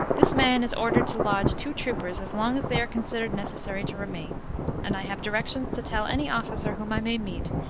this man is ordered to lodge two troopers as long as they are considered necessary to remain and i have directions to tell any officer whom i may meet,